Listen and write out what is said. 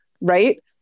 Right